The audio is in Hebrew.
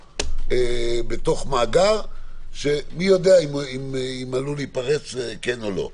בתוך מאגר שמי יודע אם עלול להיפרץ כן או לא.